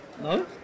No